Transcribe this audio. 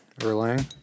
Erlang